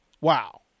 wow